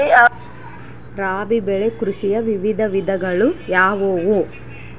ರಾಬಿ ಬೆಳೆ ಕೃಷಿಯ ವಿವಿಧ ವಿಧಗಳು ಯಾವುವು?